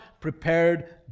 prepared